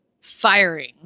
firing